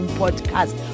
podcast